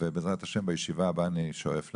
בעזרת ה' בישיבה הבאה אני שואף להצביע.